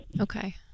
Okay